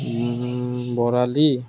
বৰালি